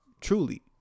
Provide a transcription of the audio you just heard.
truly